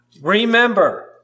Remember